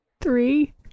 Three